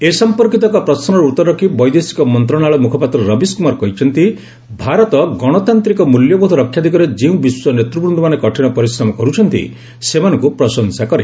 ଏ ସମ୍ପର୍କୀତ ଏକ ପ୍ରଶ୍ନର ଉତ୍ତର ରଖି ବୈଦେଶିକ ମନ୍ତ୍ରଣାଳୟ ମୁଖପାତ୍ର ରବିଶ କୁମାର କିହଚ୍ଚନ୍ତି ଭାରତ ଗଣତାନ୍ତିକ ମୂଲ୍ୟବୋଧ ରକ୍ଷା ଦିଗରେ ଯେଉଁ ବିଶ୍ୱ ନେତୃବୁନ୍ଦମାନେ କଠିନ ପରିଶ୍ରମ କରୁଛନ୍ତି ସେମାନଙ୍କୁ ପ୍ରଶଂସା କରେ